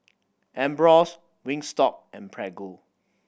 Ambros Wingstop and Prego